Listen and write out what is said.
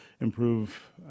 improve